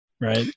right